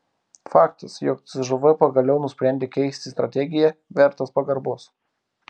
faktas jog cžv pagaliau nusprendė keisti strategiją vertas pagarbos